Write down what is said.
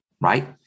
right